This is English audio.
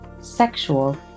sexual